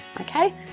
Okay